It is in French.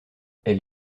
elle